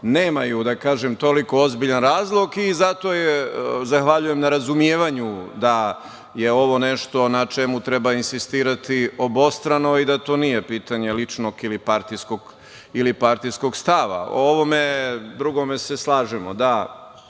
nemaju toliko ozbiljan razlog. Zato, zahvaljujem na razumevanju da je ovo nešto na čemu treba insistirati obostrano i da to nije pitanje ličnog ili partijskog stava.O ovome drugome se slažemo, da